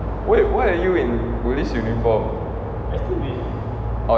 wait why are you in police uniform